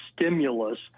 stimulus